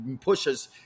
pushes